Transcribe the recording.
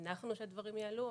הנחנו שהדברים יעלו.